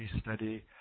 study